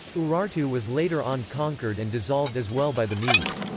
urartu was later on conquered and dissolved as well by the medes.